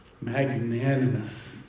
Magnanimous